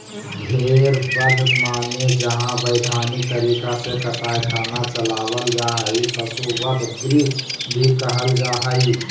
भेड़ बध माने जहां वैधानिक तरीका से कसाई खाना चलावल जा हई, पशु वध गृह भी कहल जा हई